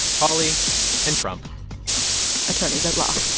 hawley and trump attorneys at law